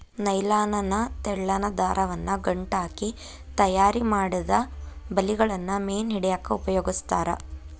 nylon ನ ತೆಳ್ಳನ ದಾರವನ್ನ ಗಂಟ ಹಾಕಿ ತಯಾರಿಮಾಡಿದ ಬಲಿಗಳನ್ನ ಮೇನ್ ಹಿಡ್ಯಾಕ್ ಉಪಯೋಗಸ್ತಾರ